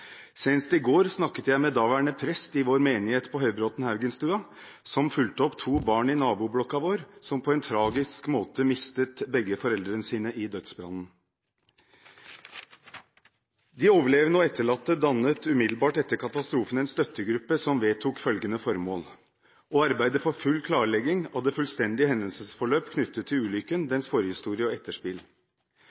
Senest i går snakket jeg med daværende prest i vår menighet på Høybråten/Haugenstua, som fulgte opp to barn i naboblokka vår, som på en tragisk måte mistet begge foreldrene sine i dødsbrannen. De overlevende og etterlatte dannet umiddelbart etter katastrofen en støttegruppe, som vedtok følgende formål: «Arbeide for full klarlegging av det fullstendige hendelsesforløp knyttet til ulykken, dens forhistorie og etterspill».